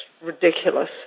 ridiculous